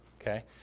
Okay